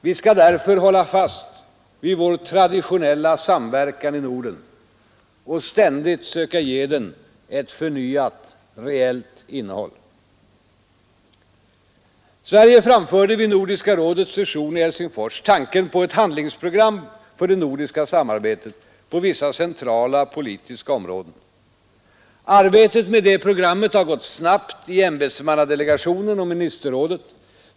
Vi skall därför hålla fast vid vår traditionella samverkan i Norden och ständigt söka ge den ett förnyat, reellt innehåll. Sverige framförde vid Nordiska rådets session i Helsingfors tanken på ett handlingsprogram för det nordiska samarbetet på vissa centrala politiska områden. Arbetet med detta program har gått snabbt i ämbetsmannadelegationen och ministerrådet.